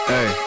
Hey